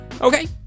okay